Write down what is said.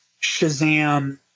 Shazam